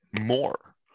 more